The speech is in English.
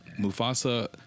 Mufasa